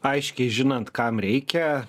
aiškiai žinant kam reikia